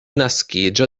naskiĝo